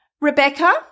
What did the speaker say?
Rebecca